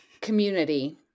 community